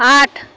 আট